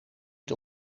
het